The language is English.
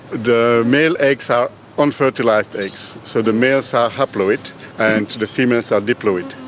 the male eggs are unfertilised eggs. so the males are haploid and the females are diploid.